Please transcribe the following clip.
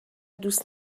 دوست